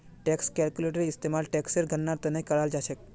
tax calculator इस्तेमाल टेक्सेर गणनार त न कराल जा छेक